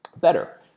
better